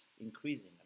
increasing